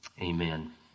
Amen